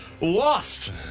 lost